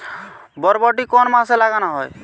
বরবটি কোন মাসে লাগানো হয়?